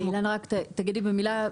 אילנה, רק תגידי במילה.